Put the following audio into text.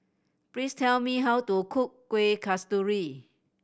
please tell me how to cook Kuih Kasturi